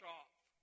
off